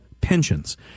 pensions